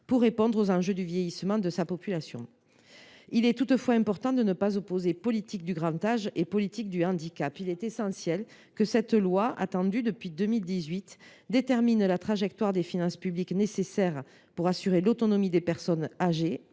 pour répondre aux enjeux du vieillissement de la population. Gardons nous d’opposer politique du grand âge et politique du handicap. Il est essentiel que cette loi, attendue depuis 2018, détermine la trajectoire des finances publiques nécessaire pour assurer l’autonomie des personnes âgées